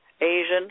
Asian